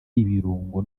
ibirungo